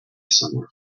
somewhere